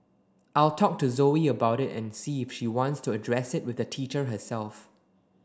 I'll talk to Zoe about it and see if she wants to address it with the teacher herself